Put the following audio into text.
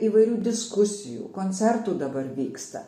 įvairių diskusijų koncertų dabar vyksta